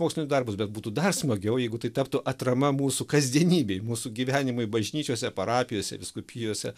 mokslinius darbus bet būtų dar smagiau jeigu tai taptų atrama mūsų kasdienybei mūsų gyvenimui bažnyčiose parapijose vyskupijose